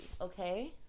Okay